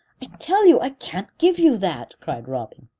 i tell you i can't give you that, cried robin.